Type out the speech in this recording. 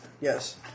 Yes